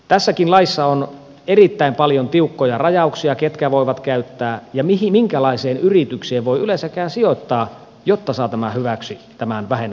tässäkin laissa on erittäin paljon tiukkoja rajauksia siitä ketkä voivat käyttää ja minkälaiseen yritykseen voi yleensäkään sijoittaa jotta saa tämän vähennysoikeuden